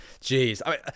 Jeez